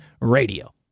Radio